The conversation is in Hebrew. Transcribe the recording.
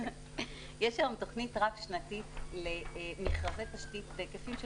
יש היום תכנית רב שנתית למכרזי תשתית בהיקפים של